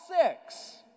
six